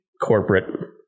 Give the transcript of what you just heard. corporate